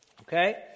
Okay